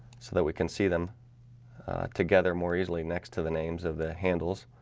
so that we can see them together more easily next to the names of the handles